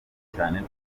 cyane